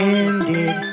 ended